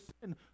sin